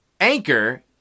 Anchor